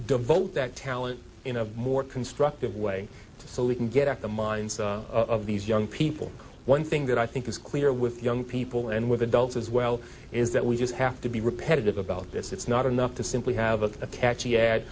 devote that talent in a more constructive way so we can get at the minds of these young people one thing that i think is clear with young people and with adults as well is that we just have to be repetitive about this it's not enough to simply have a catchy a